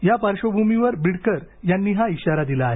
या पार्श्वभूमीवर बिडकर यांनी हा इशारा दिला आहे